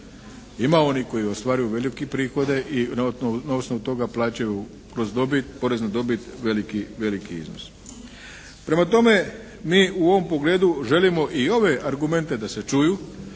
Ima onih koji ostvaruju velike prihode i na osnovu toga plaćaju kroz porez na dobit veliki iznos. Prema tome mi u ovom pogledu želimo i ove argumente da se čuju,